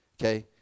okay